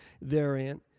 therein